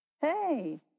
Hey